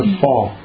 fall